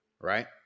right